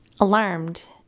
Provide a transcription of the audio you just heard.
Alarmed